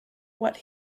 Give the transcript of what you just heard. what